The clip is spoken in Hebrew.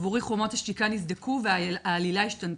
עבורי חומות השתיקה נסדקו והעלילה השתנתה,